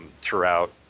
throughout